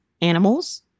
animals